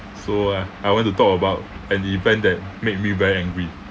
so uh I want to talk about an event that made me very angry